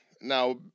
Now